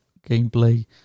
gameplay